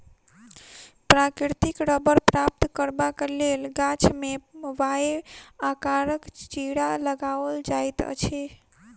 प्राकृतिक रबड़ प्राप्त करबाक लेल गाछ मे वाए आकारक चिड़ा लगाओल जाइत अछि